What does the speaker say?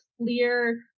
clear